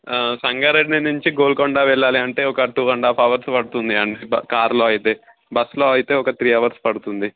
సంగారెడ్డి నుంచి గోల్కొండ వెళ్ళాలి అంటే ఒక టూ అండ్ హాఫ్ అవర్స్ పడుతుంది అండి కార్లో అయితే బస్స్లో అయితే ఒక త్రీ అవర్స్ పడుతుంది